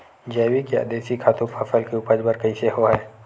जैविक या देशी खातु फसल के उपज बर कइसे होहय?